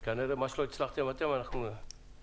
מה שלא הצלחתם ננסה.